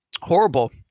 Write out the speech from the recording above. Horrible